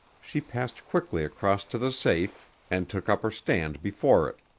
she passed quickly across to the safe and took up her stand before it.